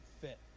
fit